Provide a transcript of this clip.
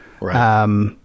Right